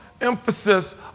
emphasis